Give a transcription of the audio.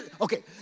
Okay